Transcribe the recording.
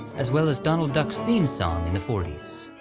as well as donald duck's theme song in the forty s.